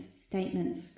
statements